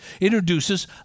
introduces